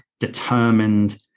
determined